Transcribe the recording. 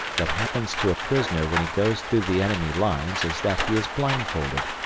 that happens to a prisoner when he goes through the enemy lines is that he is blindfolded,